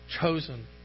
chosen